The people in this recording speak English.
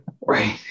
Right